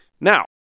Now